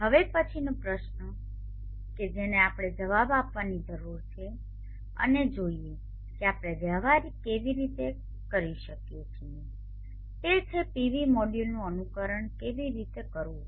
હવે પછીનો પ્રશ્ન કે જેને આપણે જવાબ આપવાની જરૂર છે અને જોઈએ કે આપણે વ્યવહારીક કેવી રીતે કરી શકીએ છીએ તે છે PV મોડ્યુલનું અનુકરણ કેવી રીતે કરવું